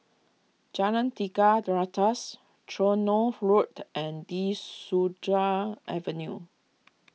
Jalan Tiga Ratus Tronoh Road and De Souza Avenue